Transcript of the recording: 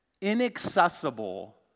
inaccessible